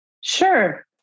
Sure